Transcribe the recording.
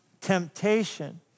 temptation